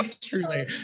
truly